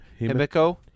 Himiko